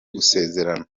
gusezerana